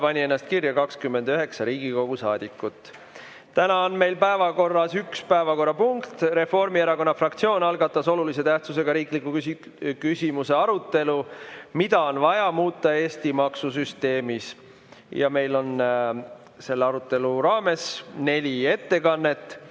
pani ennast kirja 29 Riigikogu saadikut. Täna on meil päevakorras üks punkt. Reformierakonna fraktsioon algatas olulise tähtsusega riikliku küsimuse "Mida on vaja muuta Eesti maksusüsteemis?" arutelu. Meil on selle arutelu raames neli ettekannet.